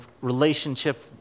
relationship